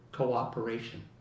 cooperation